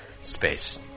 space